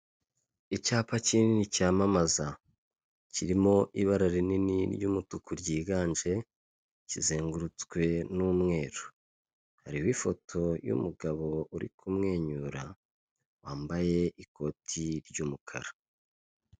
Aya n'ameza ari mu nzu, bigaragara ko aya meza ari ayokuriho arimo n'intebe nazo zibaje mu biti ariko aho bicarira hariho imisego.